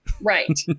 Right